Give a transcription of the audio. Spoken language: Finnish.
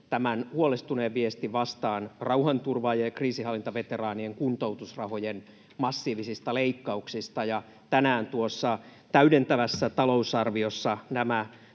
tämän huolestuneen viestin vastaan rauhanturvaajien ja kriisinhallintaveteraanien kuntoutusrahojen massiivisista leikkauksista ja tänään tuossa täydentävässä talousarviossa nämä